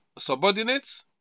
subordinates